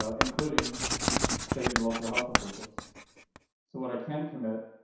ah including state and local health officials. so what i can commit?